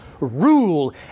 rule